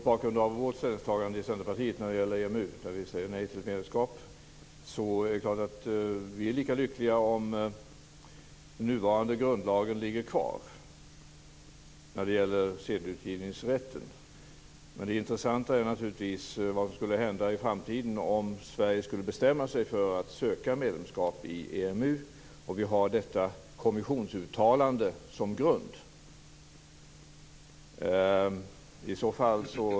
Fru talman! Mot bakgrund av Centerpartiets ställningstagande, ett nej till medlemskap i EMU, är vi självfallet lika lyckliga om den nuvarande grundlagen om sedelutgivningsrätten ligger kvar. Men det intressanta är naturligtvis vad som skulle hända i framtiden om Sverige skulle bestämma sig för att söka medlemskap i EMU och vi har detta kommissionsuttalande som grund.